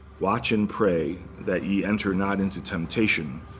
watch and pray that ye enter not into temptation.